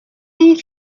این